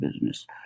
business